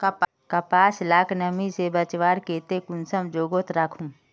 कपास लाक नमी से बचवार केते कुंसम जोगोत राखुम?